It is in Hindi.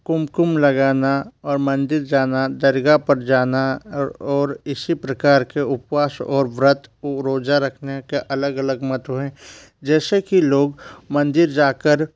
कुमकुम लगाना और मंदिर जाना दरगाह पर जाना और इसी प्रकार के उपवास और व्रत रोज़ा रखने का अलग अलग मत हुए जैसे कि लोग मंदिर जाकर